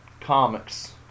comics